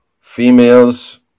females